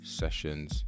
sessions